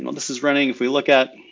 you know this is running. if we look at